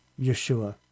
Yeshua